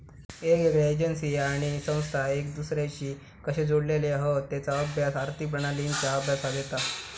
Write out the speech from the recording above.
येगयेगळ्या एजेंसी आणि संस्था एक दुसर्याशी कशे जोडलेले हत तेचा अभ्यास आर्थिक प्रणालींच्या अभ्यासात येता